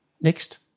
Next